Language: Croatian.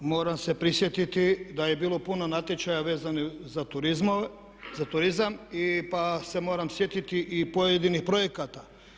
Moram se prisjetiti da je bilo puno natječaja vezano za turizam pa se moram sjetiti i pojedinih projekata.